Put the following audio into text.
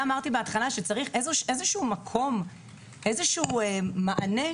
אמרתי בהתחלה שצריך להיות מקום שייתן מענה,